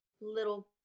little